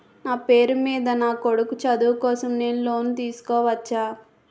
నా పేరు మీద నా కొడుకు చదువు కోసం నేను లోన్ తీసుకోవచ్చా?